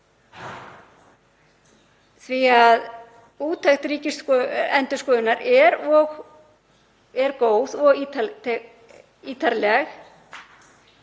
því að úttekt ríkisendurskoðunar er góð og ítarleg.